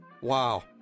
Wow